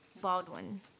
Baldwin